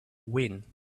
win